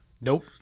nope